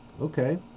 okay